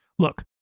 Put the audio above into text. Look